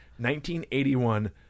1981